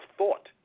thought